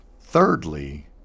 thirdly